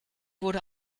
wurde